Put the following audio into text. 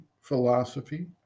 philosophy